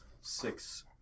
six